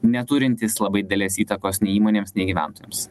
neturintys labai didelės įtakos nei įmonėms nei gyventojams